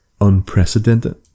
unprecedented